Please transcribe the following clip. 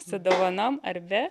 su dovanom ar be